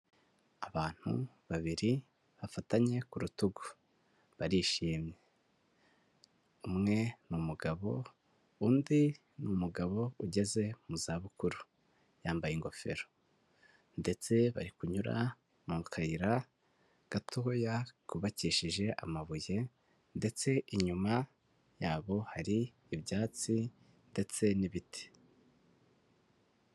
Abantu babiri bafatanye ku rutugu, barishimye. Umwe ni umugabo undi ni umugabo ugeze mu zabukuru, yambaye ingofero ndetse bari kunyura mu kayira gatoya kubakishije amabuye ndetse inyuma yabo hari ibyatsi ndetse n'ibiti.